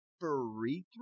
free